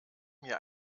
mir